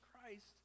Christ